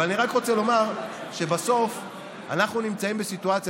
אבל אני רק רוצה לומר שבסוף אנחנו נמצאים בסיטואציה,